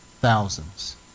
Thousands